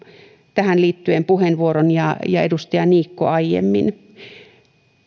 tähän liittyen puheenvuoron ja ja edustaja niikko aiemmin